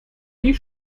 wie